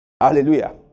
Hallelujah